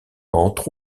entre